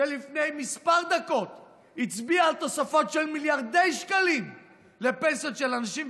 שלפני כמה דקות הצביע על תוספות של מיליארדי שקלים לפנסיות של אנשים,